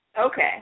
Okay